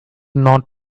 not